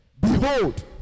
Behold